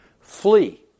flee